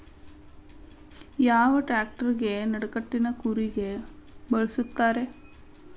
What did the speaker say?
ಯಾವ ಟ್ರ್ಯಾಕ್ಟರಗೆ ನಡಕಟ್ಟಿನ ಕೂರಿಗೆ ಬಳಸುತ್ತಾರೆ?